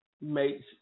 makes